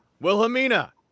Wilhelmina